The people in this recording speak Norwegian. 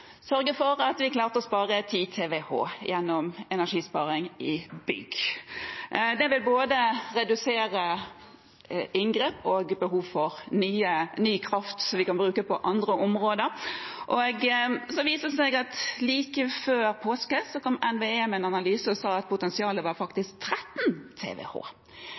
sørge for å spare 10 TWh gjennom energisparing i bygg. Det vil både redusere inngrep og behov for ny kraft, som vi kan bruke på andre områder. Så viser det seg at like før påske kom NVE med en analyse som sa at potensialet var faktisk 13 TWh.